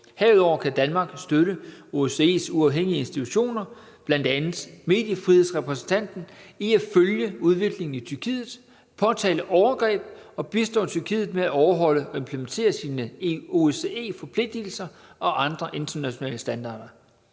Herudover kan Danmark støtte OSCE's uafhængige institutioner, bl.a. mediefrihedsrepræsentanten i at følge udviklingen i Tyrkiet, påtale overgreb og bistå Tyrkiet med at overholde og implementere sine OSCE-forpligtelser og andre internationale standarder.